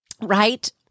right